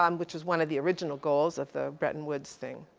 um which was one of the original goals of the bretton woods thing.